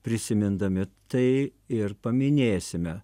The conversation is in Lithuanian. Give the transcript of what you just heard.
prisimindami tai ir paminėsime